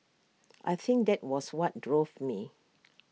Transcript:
I think that was what drove me